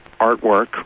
artwork